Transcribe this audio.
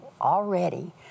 already